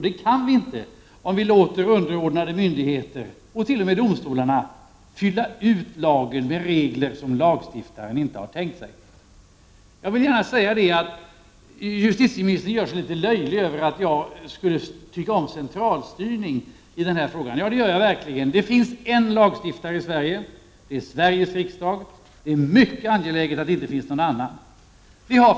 Det kan vi inte göra om vi låter underordnade myndigheter och t.o.m. domstolar fylla ut lagen med regler som lagstiftaren inte har tänkt sig. Justitieministern gör sig litet lustig över att jag vill ha centralstyrning i den här frågan. Det vill jag verkligen. Det finns en lagstiftare i Sverige — Sveriges riksdag. Det är mycket angeläget att det inte finns någon annan lagstiftare.